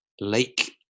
lake